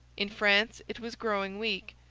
in france it was growing weak.